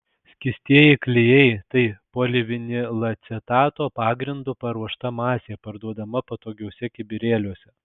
skystieji klijai tai polivinilacetato pagrindu paruošta masė parduodama patogiuose kibirėliuose